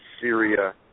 Syria